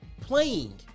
playing